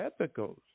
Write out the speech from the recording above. ethicals